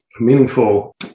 meaningful